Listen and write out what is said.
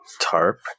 tarp